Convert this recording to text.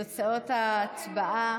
תוצאות ההצבעה,